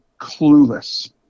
clueless